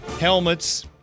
helmets